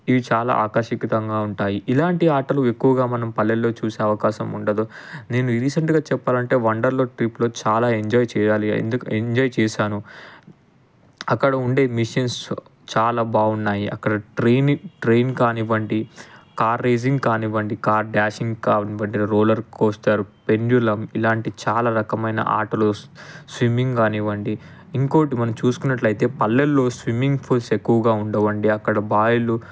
ఇవి చాలా ఆకర్షికితంగా ఉంటాయి ఇలాంటి ఆటలు ఎక్కువగా మనం పల్లెల్లో చూసే అవకాశం ఉండదు నేను రీసెంట్గా చెప్పాలంటే వండర్లా ట్రిప్లో చాలా ఎంజాయ్ చేయాలి ఎందుకు ఎంజాయ్ చేశాను అక్కడ ఉండే మిషన్స్ చాలా బాగున్నాయి అక్కడ ట్రైనింగ్ ట్రైన్ కానివ్వండి కార్ రేసింగ్ కానివ్వండి కార్ డాషింగ్ కాని బండి రోలర్ కోస్టర్ పెండ్యులం ఇలాంటి చాలా రకమైన ఆటలు స్విమ్మింగ్ కానివ్వండి ఇంకోటి మనం చూసుకున్నట్లయితే పల్లెల్లో స్విమ్మింగ్ పూల్స్ ఎక్కువగా ఉండవండి అక్కడ బాయిలు